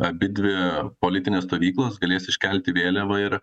abidvi politinės stovyklos galės iškelti vėliavą ir